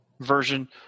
version